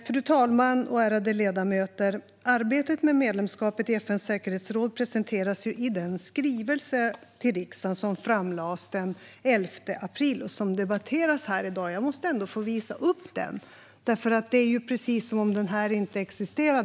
Fru talman och ärade ledamöter! Arbetet med medlemskapet i FN:s säkerhetsråd presenterades i den skrivelse till riksdagen som framlades den 11 april och som debatteras här i dag. Jag måste få visa upp den, för det är ju precis som om den inte existerade.